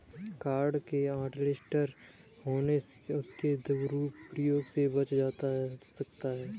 card के hotlist होने से उसके दुरूप्रयोग से बचा जा सकता है